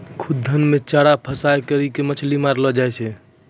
खुद्दन मे चारा फसांय करी के मछली मारलो जाय छै